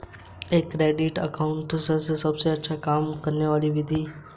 एक credit counsellor सबसे अच्छा काम करने वाली विधि चुनने में मदद करता है